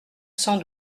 cent